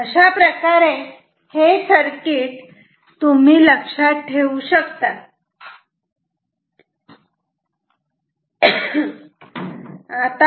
अशाप्रकारे हे सर्किट तुम्ही लक्षात ठेवू शकतात